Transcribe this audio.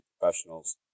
Professionals